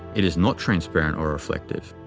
it is not transparent or reflective,